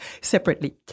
separately